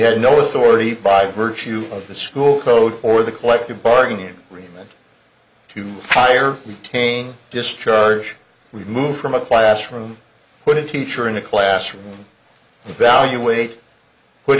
had no authority by virtue of the school code or the collective bargaining agreement to hire retain discharge we move from a classroom put it teacher in a classroom evaluate put